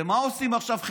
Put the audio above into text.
מה עושים עכשיו?